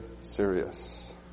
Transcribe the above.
serious